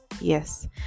yes